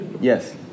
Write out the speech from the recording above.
Yes